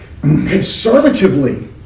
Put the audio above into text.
Conservatively